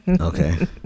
Okay